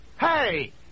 Hey